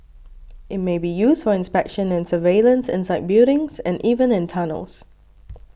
it may be used for inspection and surveillance inside buildings and even in tunnels